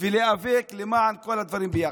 להיאבק למען כל הדברים ביחד.